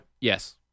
Yes